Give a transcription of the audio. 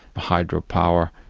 hydro power,